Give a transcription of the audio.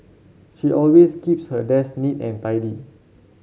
she always keeps her desk neat and tidy